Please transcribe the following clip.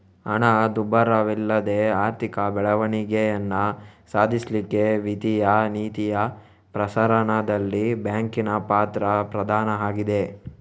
ಹಣದುಬ್ಬರವಿಲ್ಲದೆ ಆರ್ಥಿಕ ಬೆಳವಣಿಗೆಯನ್ನ ಸಾಧಿಸ್ಲಿಕ್ಕೆ ವಿತ್ತೀಯ ನೀತಿಯ ಪ್ರಸರಣದಲ್ಲಿ ಬ್ಯಾಂಕಿನ ಪಾತ್ರ ಪ್ರಧಾನ ಆಗಿದೆ